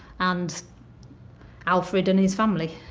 and alfred and his family.